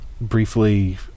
briefly